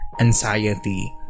anxiety